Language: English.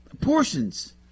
Portions